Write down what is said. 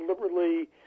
deliberately